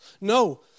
No